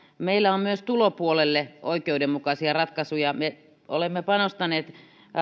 meillä on myös tulopuolelle oikeudenmukaisia ratkaisuja me olemme panostaneet